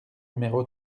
numéro